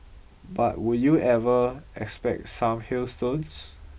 but would you ever expect some hailstones